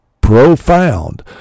profound